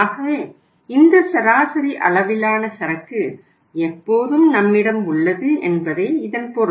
ஆகவே இந்த சராசரி அளவிலான சரக்கு எப்போதும் நம்மிடம் உள்ளது என்பதே இதன் பொருள்